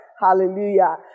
hallelujah